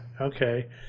okay